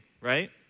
right